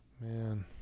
man